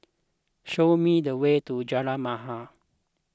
show me the way to Jalan Mahir